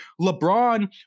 LeBron